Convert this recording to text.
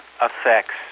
affects